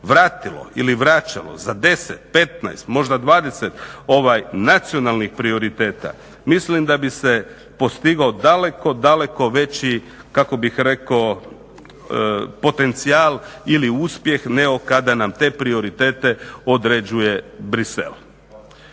vratilo ili vraćalo za 10, 15 možda 20 nacionalnih prioriteta mislim da bi se postigao daleko, daleko veći potencijal ili uspjeh nego kada nam te prioritete određuje Bruxelles.